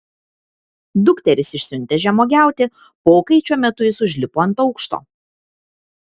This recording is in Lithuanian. dukteris išsiuntęs žemuogiauti pokaičio metu jis užlipo ant aukšto